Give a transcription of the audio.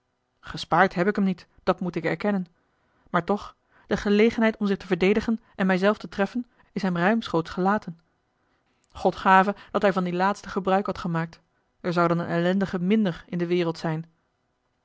gespaard heb ik hem niet dat moet ik erkennen maar toch de gelegenheid om zich te verdedigen en mij zelf te treffen is hem ruimschoots gelaten god gave dat hij van die laatste gebruik had gemaakt er zou dan een ellendige minder in de wereld zijn